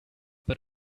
but